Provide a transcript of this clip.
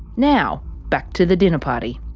now, back to the dinner party.